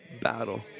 battle